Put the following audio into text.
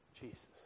Jesus